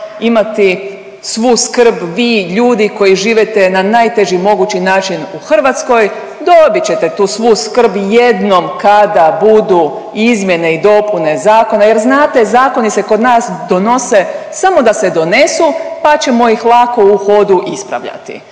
imati svu skrb vi ljudi koji živite na najteži mogući način u Hrvatskoj. Dobit ćete tu svu skrb jednom kada budu izmjene i dopune zakona jer znate zakoni se kod nas donose samo da se donesu pa ćemo ih lako u hodu ispravljati.